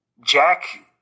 Jack